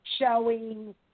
showing